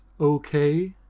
okay